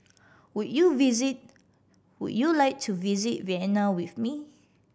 would you visit would you like to visit Vienna with me